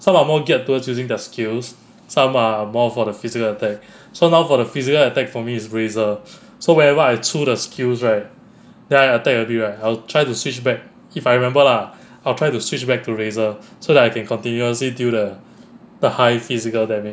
some are more geared towards using their skills some are more for the physical attack so now for the physical attack for me it's razor so whenever I 出 the skills right then I attack a bit right I'll try to switch back if I remember lah I'll try to switch back to razer so that I can continuously deal to the high physical damage